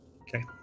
okay